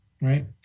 right